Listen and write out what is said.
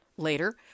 Later